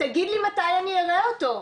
תגיד לי מתי אני אראה אותו.